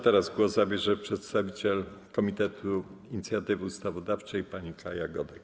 Teraz głos zabierze przedstawiciel Komitetu Inicjatywy Ustawodawczej pani Kaja Godek.